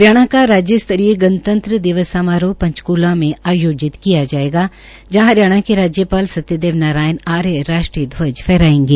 हरियाणा का राज्य स्तरीय गणतन्त्र दिवस समारोह पंचक्ला में आयोजित किया जाएगा जहां हरियाणा के राज्यपाल सत्यदेव नारायण आर्य राष्टांरीय ध्वज फहराएंगे